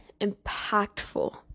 impactful